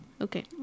Okay